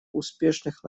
успешных